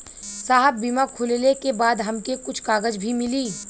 साहब बीमा खुलले के बाद हमके कुछ कागज भी मिली?